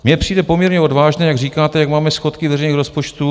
Mně přijde poměrně odvážné, jak říkáte, jak máme schodky veřejných rozpočtů.